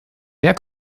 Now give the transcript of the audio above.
wer